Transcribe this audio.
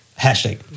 Hashtag